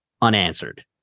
unanswered